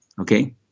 Okay